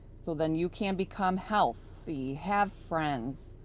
so then you can become healthy, have friends,